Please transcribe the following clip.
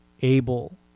able